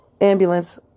Ambulance